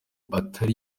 atari